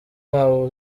wabo